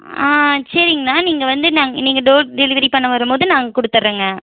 ஆ சரிங்கண்ணா நீங்கள் வந்து நாங்க நீங்கள் டோர் டெலிவரி பண்ண வரும்போது நாங்கள் கொடுத்தர்றேங்க